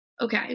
Okay